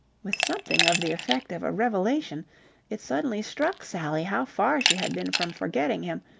with something of the effect of a revelation it suddenly struck sally how far she had been from forgetting him,